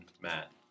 Matt